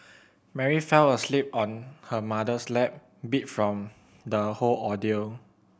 Mary fell asleep on her mother's lap beat from the whole ordeal